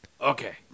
Okay